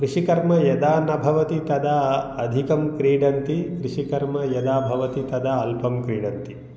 कृषिकर्म यदा न भवति तदा अधिकं क्रीडन्ति कृषिकर्म यदा भवति तदा अल्पं क्रीडन्ति